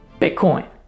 Bitcoin